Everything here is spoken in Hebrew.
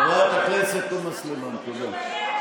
חברת הכנסת תומא סלימאן, תודה.